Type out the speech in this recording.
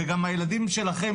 וגם הילדים שלכם,